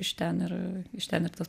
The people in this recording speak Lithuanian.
iš ten ir iš ten ir tas